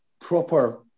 proper